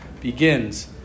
begins